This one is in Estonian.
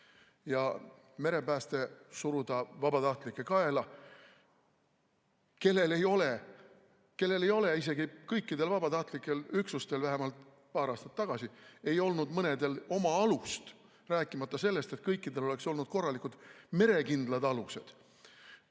ja merepääste suruda vabatahtlike kaela, kellel ei ole – isegi kõikidel vabatahtlike üksustel ei ole, vähemalt paar aastat tagasi mõnel ei olnud – oma alust, rääkimata sellest, et kõikidel oleks olnud korralikud merekindlad alused.